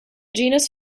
genus